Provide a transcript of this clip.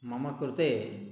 मम कृते